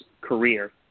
career